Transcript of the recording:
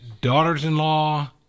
daughters-in-law